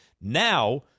Now